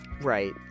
Right